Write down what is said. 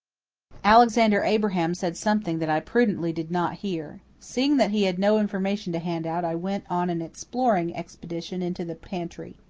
alexander abraham said something that i prudently did not hear. seeing that he had no information to hand out i went on an exploring expedition into the pantry.